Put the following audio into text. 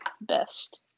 best